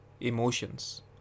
emotions